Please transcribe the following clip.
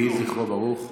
יהי זכרו ברוך.